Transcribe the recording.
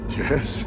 yes